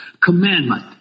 commandment